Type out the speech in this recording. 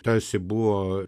tarsi buvo